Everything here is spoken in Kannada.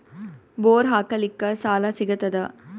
ಬೋರ್ ಹಾಕಲಿಕ್ಕ ಸಾಲ ಸಿಗತದ?